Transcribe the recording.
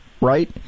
Right